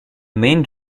main